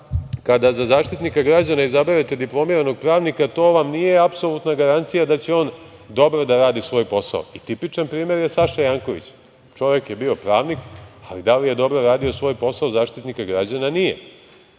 kada za Zaštitnika građana izaberete diplomiranog pravnika, to vam nije apsolutna garancija da će on dobro da radi svoj posao. Tipičan primer je Saša Janković. Čovek je bio pravnik, ali da li je dobro radio svoj posao Zaštitnika građana? Nije.